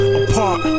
apart